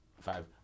Five